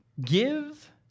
Give